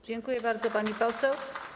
Dziękuję bardzo, pani poseł.